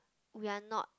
we are not